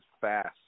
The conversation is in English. fast